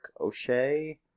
O'Shea